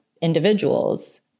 individuals